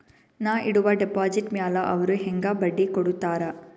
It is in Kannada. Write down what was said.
ನಾ ಇಡುವ ಡೆಪಾಜಿಟ್ ಮ್ಯಾಲ ಅವ್ರು ಹೆಂಗ ಬಡ್ಡಿ ಕೊಡುತ್ತಾರ?